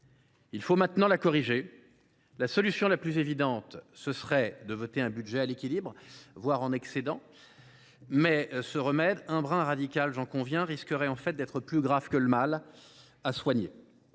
faut maintenant corriger. La solution la plus évidente serait de voter un budget à l’équilibre, voire en excédent. Mais ce remède, un brin radical, j’en conviens, risquerait en fait d’être pire que le mal. Car